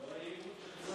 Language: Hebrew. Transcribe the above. זה לא הייעוד של צה"ל.